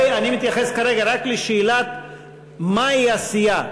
אני מתייחס כרגע רק לשאלה מהי הסיעה,